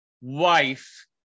wife